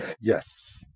Yes